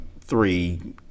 three